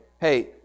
hey